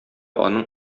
аның